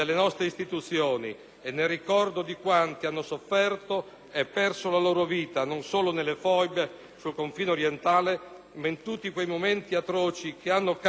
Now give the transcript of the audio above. e nel ricordo di quanti hanno sofferto e perso la loro vita non solo nelle foibe sul confine orientale, ma in tutti quei momenti atroci che hanno caratterizzato